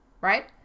right